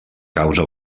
causa